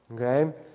Okay